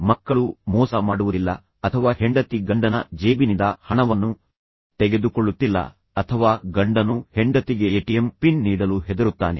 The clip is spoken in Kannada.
ಮಕ್ಕಳು ಮೋಸ ಮಾಡುವುದಿಲ್ಲ ಅಥವಾ ಹೆಂಡತಿ ಗಂಡನ ಜೇಬಿನಿಂದ ಹಣವನ್ನು ತೆಗೆದುಕೊಳ್ಳುತ್ತಿಲ್ಲ ಅಥವಾ ಗಂಡನು ಹೆಂಡತಿಗೆ ಎಟಿಎಂ ಪಿನ್ ನೀಡಲು ಹೆದರುತ್ತಾನೆ